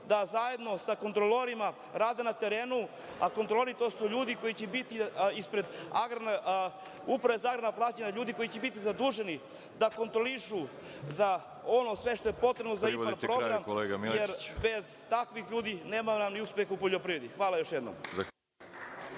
da zajedno sa kontrolorima rade na terenu, a kontrolori, to su ljudi koji će biti ispred uprave za agrarna plaćanja, ljudi koji će biti zaduženi da kontrolišu ono sve što je potrebno za IPARD program, jer bez takvih ljudi nema nam ni uspeha u poljoprivredi. Hvala još jednom.